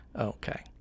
okay